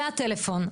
זה הטלפון.